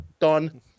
done